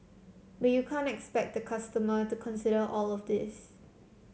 but you can't expect a customer to consider all of this